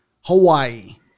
Hawaii